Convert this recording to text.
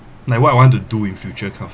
like what I want to do in future kind of thing